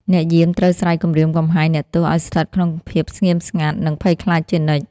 អ្នកយាមត្រូវស្រែកគំរាមកំហែងអ្នកទោសឱ្យស្ថិតក្នុងភាពស្ងៀមស្ងាត់ និងភ័យខ្លាចជានិច្ច។